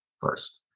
first